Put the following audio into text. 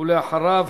ואחריו,